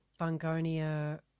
Bungonia